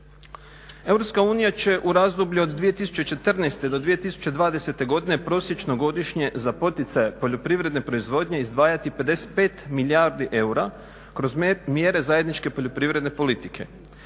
će u razdoblju od 2014. do 2020. godine prosječno godišnje za poticaje poljoprivredne proizvodnje izdvajati 55 milijardi eura kroz mjere zajedničke poljoprivredne politike.